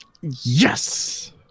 Yes